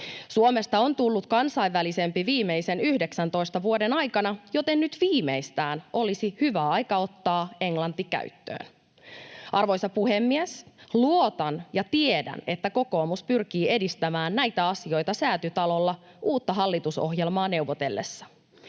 Suomesta on tullut kansainvälisempi viimeisen 19 vuoden aikana, joten nyt viimeistään olisi hyvä aika ottaa englanti käyttöön. Arvoisa puhemies! Luotan ja tiedän, että kokoomus pyrkii edistämään näitä asioita Säätytalolla uutta hallitusohjelmaa neuvotellessaan.